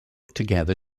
together